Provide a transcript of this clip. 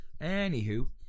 anywho